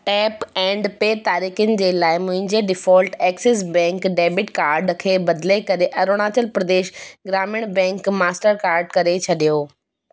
tap and pay तरीक़नि जे लाइ मुंहिंजे default Axis Bank debit card खे बदिले करे Arunachal Pradesh Gramin Bank Mastercard करे छॾियो